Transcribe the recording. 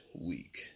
week